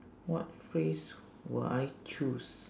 what phrase will I choose